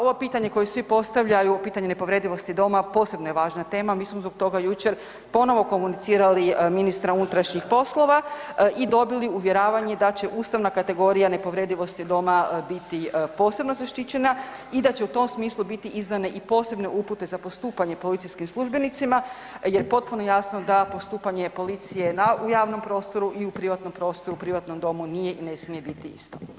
Ova pitanja koja svi postavljaju, pitanje nepovredivosti doma posebno je važna tema, mi smo zbog toga jučer ponovo komunicirali ministra unutrašnjih poslova i dobili uvjeravanje da će ustavna kategorija nepovredivosti doma biti posebno zaštićena i da će u tom smislu biti izdane i posebne upute za postupanje policijskim službenicama jer potpuno je jasno da postupanje policije u javnom i u privatnom prostoru, privatnom domu nije i ne smije biti isto.